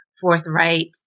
forthright